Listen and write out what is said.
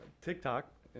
TikTok